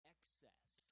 Excess